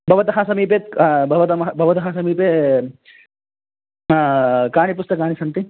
भवतः समीपे क् भवतः भवतः समीपे कानि पुस्तकानि सन्ति